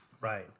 right